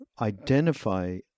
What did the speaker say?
identify